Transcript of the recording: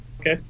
okay